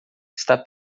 está